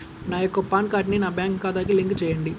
నా యొక్క పాన్ కార్డ్ని నా బ్యాంక్ ఖాతాకి లింక్ చెయ్యండి?